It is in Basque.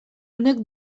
honek